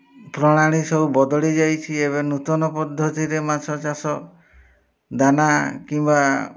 ପ୍ରଣାଳୀ ସବୁ ବଦଳି ଯାଇଛି ଏବେ ନୂତନ ପଦ୍ଧତିରେ ମାଛ ଚାଷ ଦାନା କିମ୍ବା